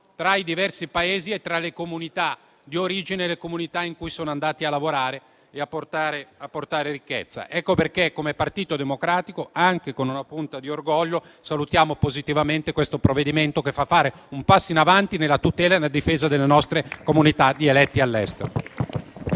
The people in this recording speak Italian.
tra i diversi Paesi, tra le comunità di origine e le comunità dove sono andati a lavorare e a portare ricchezza. Ecco perché, come Partito Democratico, anche con una punta di orgoglio, salutiamo positivamente questo provvedimento, che fa fare un passo avanti nella tutela e nella difesa delle nostre comunità di eletti all'estero.